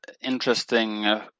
interesting